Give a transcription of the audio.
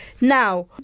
Now